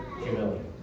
humility